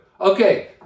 Okay